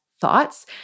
thoughts